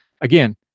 Again